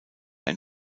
ein